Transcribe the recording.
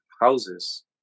houses